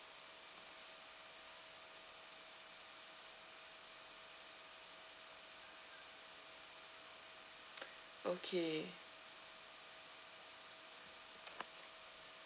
okay